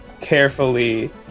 carefully